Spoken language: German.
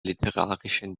literarischen